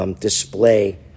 display